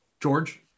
George